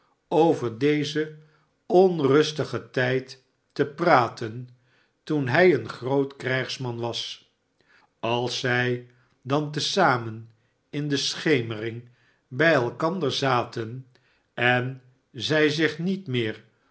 over dezen onrustigen tijd te praten toen hij een groot krijgsman was als zij dan te zamen in de schemering bij elkander fcaten en zij zich niet meer